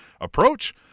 approach